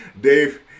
Dave